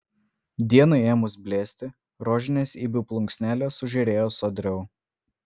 dienai ėmus blėsti rožinės ibių plunksnelės sužėrėjo sodriau